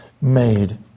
made